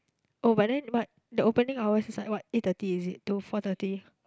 oh but then but the opening hours is like what eight thirty is it to four thirty